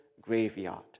graveyard